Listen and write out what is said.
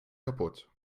kapput